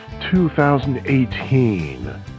2018